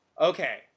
okay